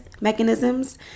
mechanisms